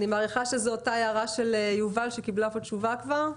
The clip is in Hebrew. אני מעריכה שזה אותה הערה של יובל שקיבלה פה תשובה כבר?